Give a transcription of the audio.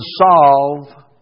solve